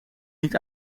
niet